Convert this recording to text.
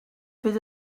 fydd